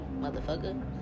motherfucker